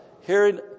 Hearing